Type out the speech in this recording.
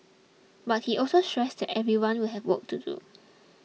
but he also stressed that everyone will have work to do